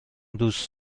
دوست